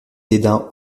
dédain